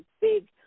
big